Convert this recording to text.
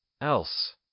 else